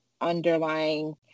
underlying